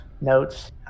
notes